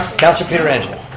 councilor pietrangelo.